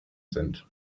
sind